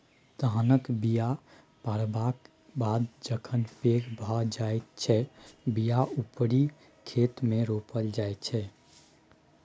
धानक बीया पारबक बाद जखन पैघ भए जाइ छै बीया उपारि खेतमे रोपल जाइ छै